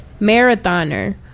marathoner